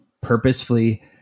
purposefully